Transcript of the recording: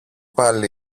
πάλι